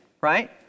right